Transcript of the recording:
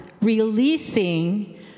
releasing